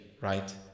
right